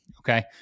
okay